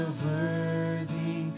worthy